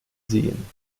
sehen